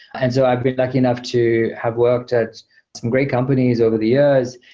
and so i've been lucky enough to have worked at some great companies over the years,